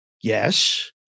Yes